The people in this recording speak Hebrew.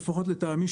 לפחות לטעמי,